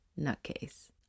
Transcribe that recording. nutcase